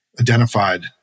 identified